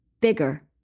bigger